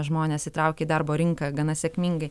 žmones įtraukia į darbo rinką gana sėkmingai